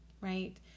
right